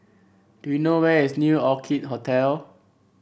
do you know where is New Orchid Hotel